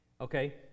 Okay